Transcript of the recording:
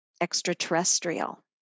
extraterrestrial